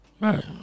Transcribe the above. Right